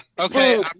okay